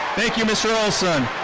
thank you, mr. olson.